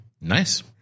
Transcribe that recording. Nice